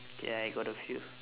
K I got a few